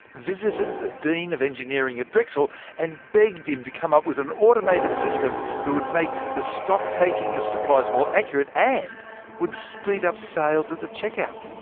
visited the dean of engineering at drexel, and begged him to come up with an automated system that would make the stocktaking of supplies more accurate, and speed up sales at the checkout.